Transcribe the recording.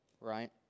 right